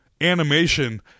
animation